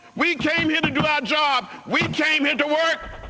we came here to do our job. we came here to work.